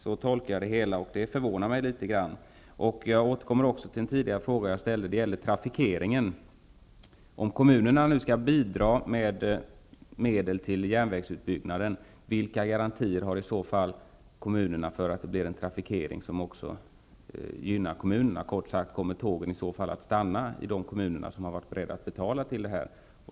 Så tolkar jag det hela, och det förvånar mig litet grand. Jag vill återkomma till en fråga jag tidigare ställde som gällde trafikeringen. Om kommunerna nu skall bidra med medel till järnvägsutbyggnaden, vilka garantier har i så fall kommunerna för att det sker en trafikering som också gynnar kommunerna? Kort sagt: Kommer tågen i så fall att stanna i de kommuner som har varit beredda att betala för detta?